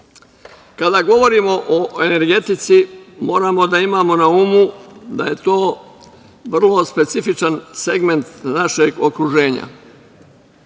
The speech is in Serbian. kada govorimo o energetici moramo da imamo na umu da je to vrlo specifičan segment našeg okruženja.S